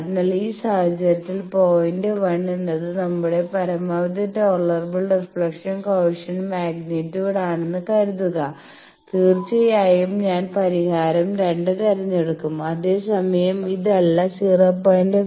അതിനാൽ ഈ സാഹചര്യത്തിൽ പോയിന്റ് 1 എന്നത് നമ്മുടെ പരമാവധി ടോളെറബിൾ റിഫ്ലക്ഷൻ കോയെഫിഷ്യന്റ് മാഗ്നിറ്റ്യൂഡ് ആണെന്ന് കരുതുക തീർച്ചയായും ഞാൻ പരിഹാരം 2 തിരഞ്ഞെടുക്കും അതേസമയം ഇതല്ല 0